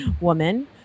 woman